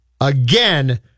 again